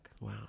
Wow